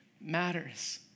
matters